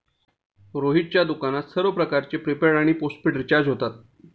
रोहितच्या दुकानात सर्व प्रकारचे प्रीपेड आणि पोस्टपेड रिचार्ज होतात